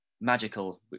magical